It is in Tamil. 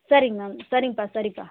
சரிங்க மேம் சரிங்கப்பா சரிப்பா